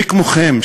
מי כמוכם,